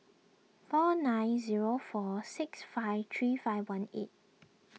four nine zero four six five three five one eight